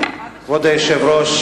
כבוד היושב-ראש,